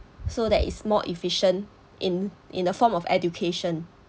so that is more efficient in in the form of education